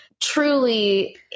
truly